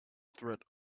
threat